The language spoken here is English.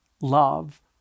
love